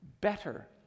better